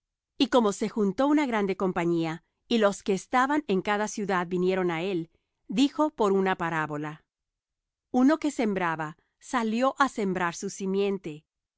haciendas ycomo se juntó una grande compañía y los que estaban en cada ciudad vinieron á él dijo por una parábola uno que sembraba salió á sembrar su simiente